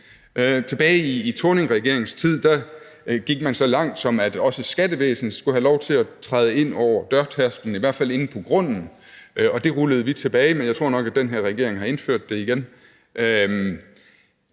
Tilbage i Thorningregeringens tid gik man så langt, at også skattevæsenet skulle have lov til at træde ind over dørtærsklen, i hvert fald ind på grunden, og det rullede vi tilbage – men jeg tror nok, at den her regering har indført det igen.